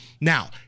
Now